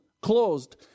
closed